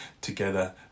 together